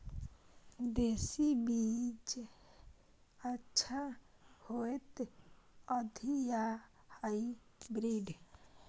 देसी बीज अच्छा होयत अछि या हाइब्रिड?